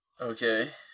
okay